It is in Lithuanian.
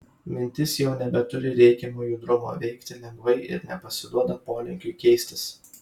mintis jau nebeturi reikiamo judrumo veikti lengvai ir nepasiduoda polinkiui keistis